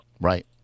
Right